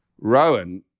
Rowan